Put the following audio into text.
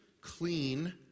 clean